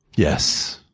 yes.